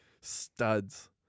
studs